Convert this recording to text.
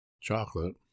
chocolate